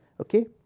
Okay